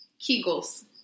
Kegels